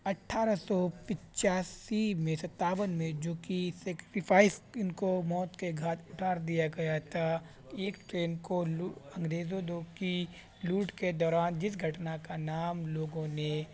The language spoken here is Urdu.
اٹھارہ سو پچاسی میں ستاون میں جو کہ سیکریفائز ان کو موت کے گھاٹ اتار دیا گیا تھا ایک ٹرین کو انگریزوں لوگ کی لوٹ کے دوران جس گھٹنا کا نام لوگوں نے